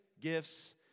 gifts